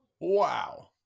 wow